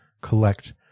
collect